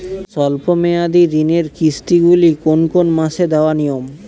স্বল্প মেয়াদি ঋণের কিস্তি গুলি কোন কোন মাসে দেওয়া নিয়ম?